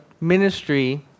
ministry